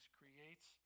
creates